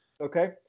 Okay